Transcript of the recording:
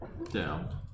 down